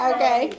Okay